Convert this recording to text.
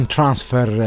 Transfer